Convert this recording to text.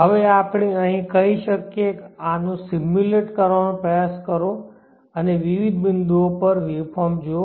હવે આપણે કહી શકીએ આનું સીમ્યુલેટ કરવાનો પ્રયાસ કરો અને વિવિધ બિંદુઓ પર વેવફોર્મ જુઓ